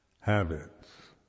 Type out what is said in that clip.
habits